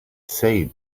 say